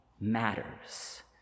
matters